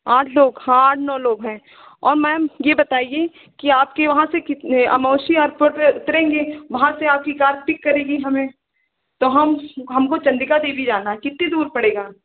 आठ लोग हाँ आठ नौ लोग हैं और मैम यह बताइए कि आप कि वहाँ से कितने अमौसी एयरपोर्ट उतरेंगे वहाँ से आपकी कार पिक करेगी हमें तो हम हमको चंडिका देवी जाना है कितनी दूर पड़ेगा